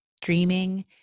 dreaming